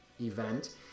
event